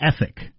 ethic